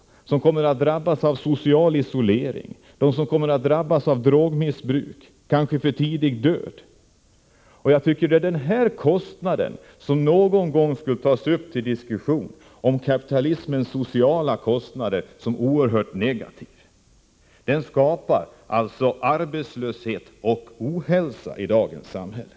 Det är de som kommer att drabbas av social isolering, drogmissbruk och kanske för tidig död. Jag tycker att kapitalismens oerhört negativa sociala kostnader någon gång skulle tas upp till diskussion. De skapar alltså arbetslöshet och ohälsa i dagens samhälle.